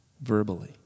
verbally